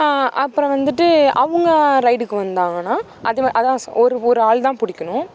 அப்புறம் வந்துட்டு அவங்க ரைடுக்கு வந்தாங்கன்னா அது அதான் ஒரு ஒரு ஆள்தான் பிடிக்கணும்